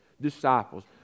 disciples